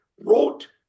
wrote